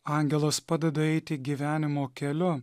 angelas padeda eiti gyvenimo keliu